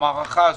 למערכה הזו.